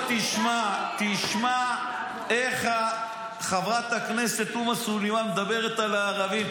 תשמע איך חברת הכנסת תומא סלימאן מדברת על הערבים,